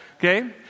Okay